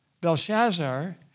Belshazzar